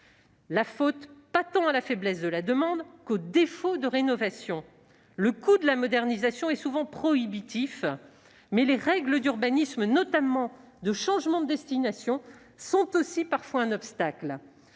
revient pas tant à la faiblesse de la demande qu'au manque de rénovations. Le coût de la modernisation est souvent prohibitif, mais les règles d'urbanisme, notamment de changement de destination, sont aussi parfois un obstacle.